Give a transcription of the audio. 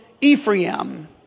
Ephraim